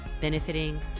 benefiting